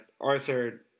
Arthur